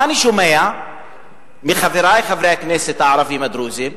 מה אני שומע מחברי חברי הכנסת הערבים הדרוזים?